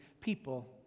people